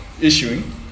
Issuing